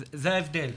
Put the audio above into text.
זה ההבדל,